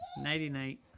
Nighty-night